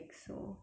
ya